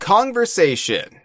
Conversation